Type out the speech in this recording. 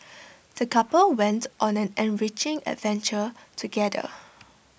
the couple went on an enriching adventure together